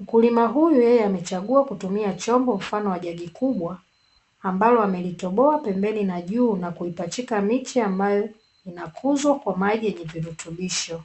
Mkulima huyu yeye amechagua kutumia chombo mfano wa jagi kubwa ambayo amelitoboa pembeni na juu, na kuipachika miche ambayo inakuzwa kwa maji yenye virutubisho.